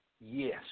Yes